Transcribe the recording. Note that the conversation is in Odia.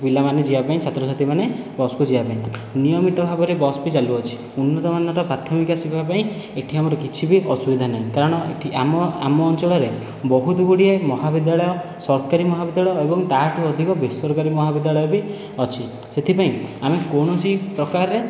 ପିଲାମାନେ ଯିବା ପାଇଁ ଛାତ୍ର ଛାତ୍ରୀମାନେ ବସ୍କୁ ଯିବା ପାଇଁ ନିୟମିତ ଭାବରେ ବସ୍ ବି ଚାଲୁଅଛି ଉନ୍ନତମାନର ପ୍ରାଥମିକ ଶିକ୍ଷା ପାଇଁ ଏଠି ଆମର କିଛି ବି ଅସୁବିଧା ନାହିଁ କାରଣ ଏଠି ଆମ ଆମ ଅଞ୍ଚଳରେ ବହୁତ ଗୁଡ଼ିଏ ମହା ବିଦ୍ୟାଳୟ ସରକାରୀ ମହାବିଦ୍ୟାଳୟ ଏବଂ ତା'ଠୁ ଅଧିକ ବେସରକାରୀ ମହାବିଦ୍ୟାଳୟ ବି ଅଛି ସେଥିପାଇଁ ଆମେ କୌଣସି ପ୍ରକାରରେ